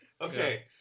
Okay